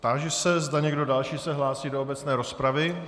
Táži se, zda někdo další se hlásí do obecné rozpravy.